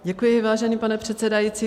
Děkuji, vážený pane předsedající.